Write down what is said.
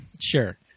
Sure